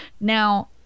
now